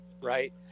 right